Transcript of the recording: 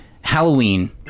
halloween